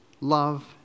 love